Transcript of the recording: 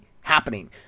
happening